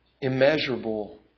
immeasurable